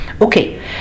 Okay